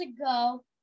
ago